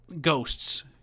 ghosts